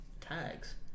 tags